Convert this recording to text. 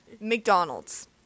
McDonald's